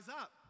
up